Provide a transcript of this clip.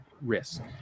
risk